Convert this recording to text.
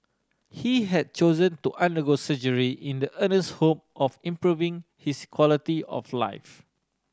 he had chosen to undergo surgery in the earnest hope of improving his quality of life